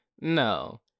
No